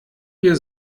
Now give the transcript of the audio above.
wir